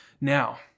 Now